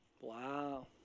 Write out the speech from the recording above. wow